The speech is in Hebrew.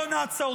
בוא נעצור,